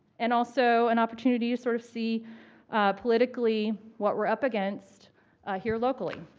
and also an opportunity to sort of see politically what we're up against here locally.